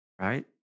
Right